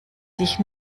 sich